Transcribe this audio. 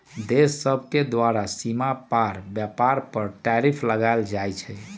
देश सभके द्वारा सीमा पार व्यापार पर टैरिफ लगायल जाइ छइ